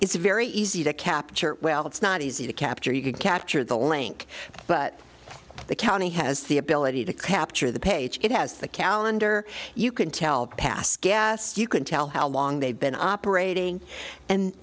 is very easy to capture well it's not easy to capture you can capture the link but the county has the ability to capture the page it has the calendar you can tell pass gas you can tell how long they've been operating and